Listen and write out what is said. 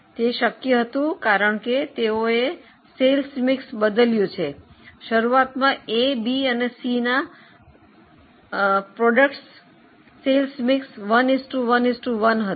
તે શક્ય હતું કારણ કે તેઓએ વેચાણ મિશ્રણ બદલ્યું છે શરૂઆતમાં એ બી અને સી ઉત્પાદનો વેચાણ મિશ્રણ 1 1 1 હતું